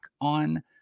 on